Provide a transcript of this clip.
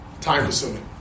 Time-consuming